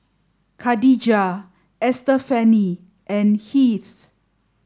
Khadijah Estefany and Heath